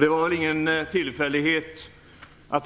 Det var väl ingen tillfällighet att